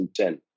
2010